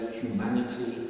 humanity